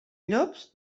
llops